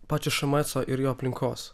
pačio šmeco ir jo aplinkos